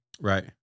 Right